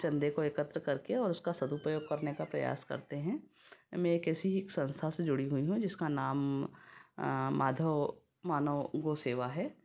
चंदे को एकत्र करके और उसका सदुपयोग करने का प्रयास करते हैं मैं एक ऐसी ही संस्था से जुड़ी हुई हूँ जिसका नाम माधव मानव गौ सेवा है